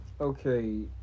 Okay